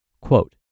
quote